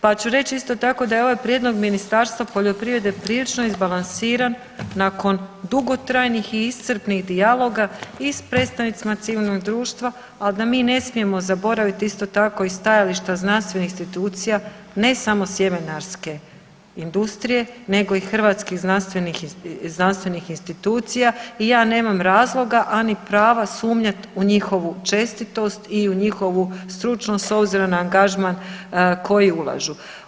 Pa ću reći isto tako da je ovaj prijedlog Ministarstva poljoprivrede prilično izbalansiran nakon dugotrajnih i iscrpnih dijaloga i s predstavnicima civilnog društva, ali da mi ne smijemo zaboraviti isto tako i stajališta znanstvenih institucija, ne samo sjemenarske industrije nego i hrvatskih znanstvenih institucija i ja nemam razloga, a ni prava sumnjat u njihovu čestitost i u njihovu stručnost s obzirom na angažman koji ulažu.